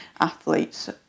athletes